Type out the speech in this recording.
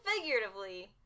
figuratively